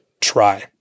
try